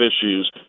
issues